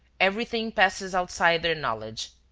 everything passes outside their knowledge.